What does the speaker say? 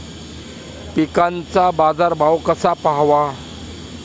पिकांचा बाजार भाव कसा पहावा?